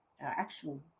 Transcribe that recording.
actual